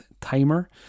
Timer